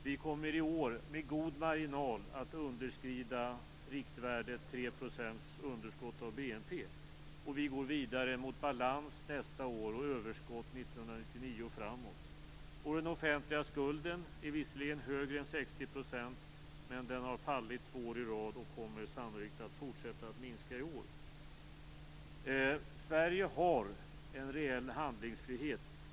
Vi kommer i år med god marginal att underskrida riktvärdet underskott som inte är större än 3 % av BNP. Vi går vidare mot balans nästa år och överskott 1999 och framåt. Den offentliga skulden är visserligen högre än 60 % av BNP, men den har fallit två år i rad och kommer sannolikt att fortsätta att minska i år. Sverige har en reell handlingsfrihet.